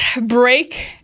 break